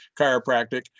chiropractic